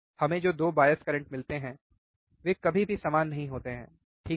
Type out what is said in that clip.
हमें जो 2 bias current मिलते हैं वे कभी भी समान नहीं होते हैं ठीक है